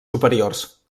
superiors